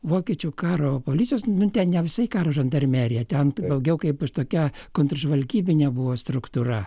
vokiečių karo policijos nu ten ne visai karo žandarmerija ten daugiau kaip ir tokia kontržvalgybinė buvo struktūra